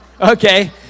okay